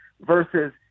versus